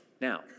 Now